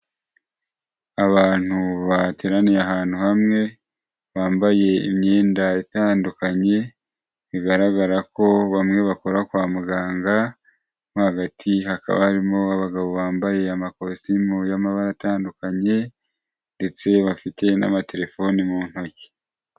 Abantu bateraniye ahantu hamwe bambaye imyenda itandukanye, bigaragara ko bamwe bakora kwa muganga, mo hagati hakaba harimo abagabo bambaye amakositimu y'amabara atandukanye ndetse bafite n'amatelefoni mu ntoki.